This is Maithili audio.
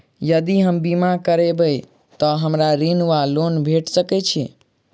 यदि हम बीमा करबै तऽ हमरा ऋण वा लोन भेट सकैत अछि?